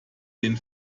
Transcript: den